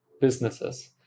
businesses